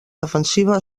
defensiva